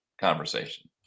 conversation